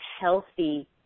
healthy